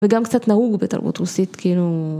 וגם קצת נהוג בתרבות רוסית כאילו.